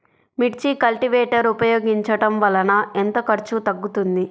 మిర్చి కల్టీవేటర్ ఉపయోగించటం వలన ఎంత ఖర్చు తగ్గుతుంది?